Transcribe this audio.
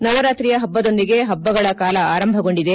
ನವರಾತ್ರಿಯ ಹಬ್ಲದೊಂದಿಗೆ ಹಬ್ಲಗಳ ಕಾಲ ಆರಂಭಗೊಂಡಿದೆ